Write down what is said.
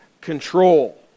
control